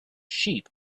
sheep